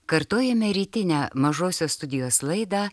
kartojame rytinę mažosios studijos laidą